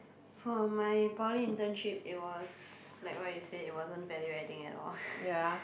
for my poly internship it was like what you said it wasn't value adding at all